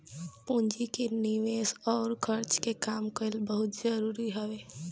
पूंजी के निवेस अउर खर्च के काम कईल बहुते जरुरी हवे